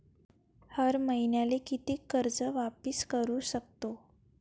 हर मईन्याले कितीक कर्ज वापिस करू सकतो?